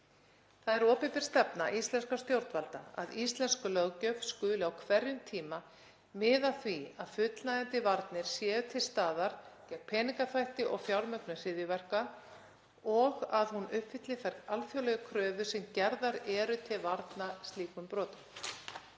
Það er opinber stefna íslenskra stjórnvalda að íslensk löggjöf skuli á hverjum tíma miða að því að fullnægjandi varnir séu til staðar gegn peningaþvætti og fjármögnun hryðjuverka og að hún uppfylli þær alþjóðlegu kröfur sem gerðar eru til varna gegn slíkum brotum.